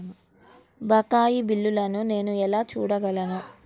బకాయి బిల్లును నేను ఎలా చూడగలను?